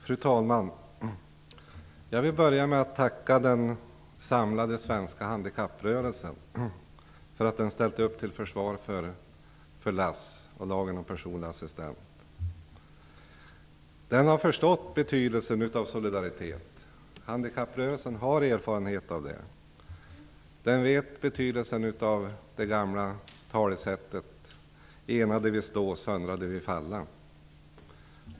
Fru talman! Jag vill börja med att tacka den samlade svenska handikapprörelsen för att den ställt upp till försvar för lagen om assistansersättning, LASS. Den har förstått betydelsen av solidaritet. Handikapprörelsen har erfarenhet härav. Den vet betydelsen av de gamla orden "Enade vi stå, söndrade vi falla".